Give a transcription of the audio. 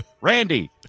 Randy